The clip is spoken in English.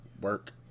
Work